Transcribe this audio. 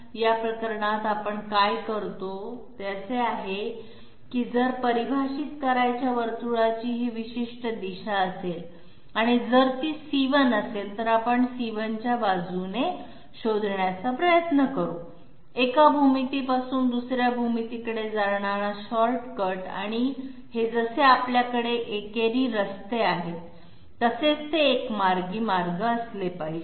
या प्रकरणात आपण काय करतो ते असे आहे की जर परिभाषित करायच्या वर्तुळाची ही विशिष्ट दिशा असेल आणि जर ती c1 असेल तर आपण c1 च्या बाजूने शोधण्याचा प्रयत्न करू एका भूमितीपासून दुसऱ्या भूमितीकडे जाणारा शॉर्टकट आणि हे जसे आपल्याकडे एकेरी रस्ते आहेत तसे ते एकमार्गी मार्ग असले पाहिजेत